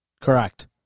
correct